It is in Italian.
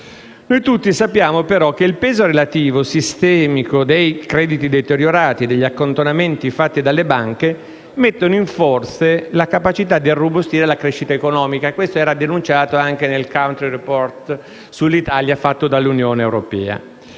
Noi tutti sappiamo però che il peso relativo sistemico dei crediti deteriorati e degli accantonamenti fatti dalle banche mettono in forse la capacità di irrobustire la crescita economica, come denunciato anche nel *country report* sull'Italia, fatto dall'Unione europea.